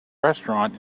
restaurant